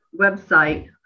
website